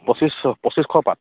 পঁচিছশ পঁচিছশ পাত